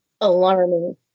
alarming